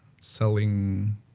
selling